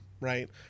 right